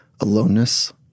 aloneness